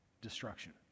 destruction